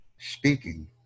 Speaking